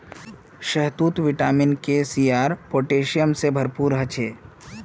शहतूत vitamin K, C आर potassium से भरपूर ह छे